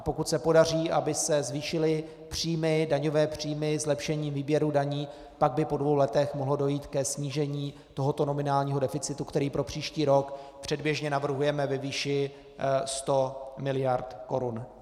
Pokud se podaří, aby se zvýšily daňové příjmy zlepšením výběru daní, tak by po dvou letech mohlo dojít ke snížení tohoto nominálního deficitu, který pro příští rok předběžně navrhujeme ve výši 100 mld. korun.